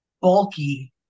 bulky